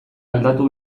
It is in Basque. aldatu